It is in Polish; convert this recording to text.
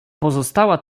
pozostała